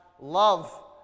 love